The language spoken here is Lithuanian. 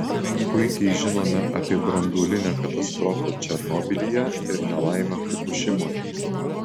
puikiai žinome apie branduolinę katastrofą černobylyje ir nelaimę fukušimoje